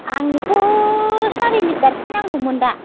आंनोथ' सारि लिटारसो नांगौमोन दा